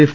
F